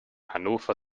hannover